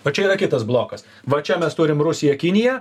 va čia yra kitas blokas va čia mes turim rusiją kiniją